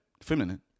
feminine